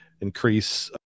increase